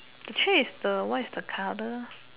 actually is the what is the colour